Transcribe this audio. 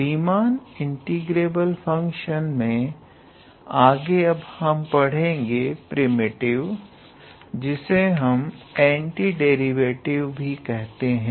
Riemann integrable function मे आगे अब हम पढ़ेगे प्रिमिटिव जिससे हम एंटीडेरिवेटिव भी कहते हैं